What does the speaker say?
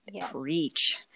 Preach